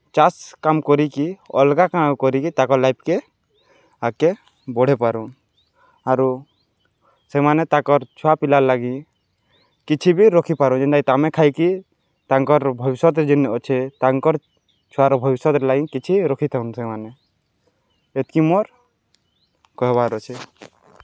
ଚାଷ୍ କାମ୍ କରିକି ଅଲ୍ଗା କା କରିକି ତାଙ୍କ ଲାଇଫ୍କେ ଆଗ୍କେ ବଢ଼େଇପାରୁନ୍ ଆରୁ ସେମାନେ ତାକର୍ ଛୁଆପିଲା ଲାଗି କିଛି ବି ରଖିପାରୁ ଜେନ୍ଟାକି ତମେ ଖାଇକି ତାଙ୍କର ଭବିଷ୍ୟତ୍ ଯେନ୍ ଅଛେ ତାଙ୍କର୍ ଛୁଆର ଭବିଷ୍ୟତ୍ ଲାଗି କିଛି ରଖିଥାଉନ୍ ସେମାନେ ଏତ୍କି ମୋର୍ କହେବାର୍ ଅଛେ